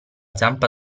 zampa